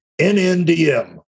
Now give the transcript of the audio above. NNDM